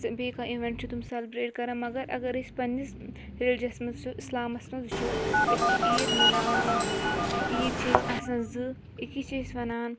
بیٚیہِ کانٛہہ اِویٚنٛٹ چھِ تِم سیٚلبرٛیٹ کَران مگر اگر أسۍ پننِس ریٚلجَسَس منٛز وُچھو اِسلامَس منٛز وُچھو أسۍ چھِ عیٖد مَناوان عیٖد چھِ أسۍ آسان زٕ أکس چھِ أسۍ وَنان